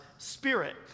Spirit